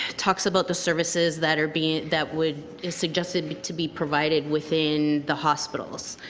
talks about the services that are being that would suggested to be provided within the hospitals.